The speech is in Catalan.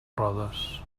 rodes